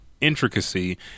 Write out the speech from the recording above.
intricacy